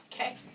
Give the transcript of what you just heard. Okay